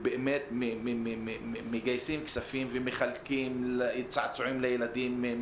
מגייסים כספים ומחלקים צעצועים לילדים,